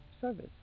service